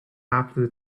after